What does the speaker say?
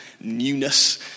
newness